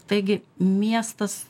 taigi miestas